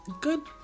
good